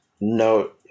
no